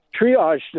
triage